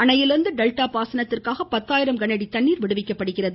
அணையிலிருந்து டெல்டா பாசனத்திற்காக பத்தாயிரம் கனஅடி தண்ணீர் திறந்துவிடப்படுகிறது